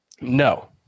No